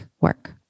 work